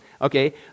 Okay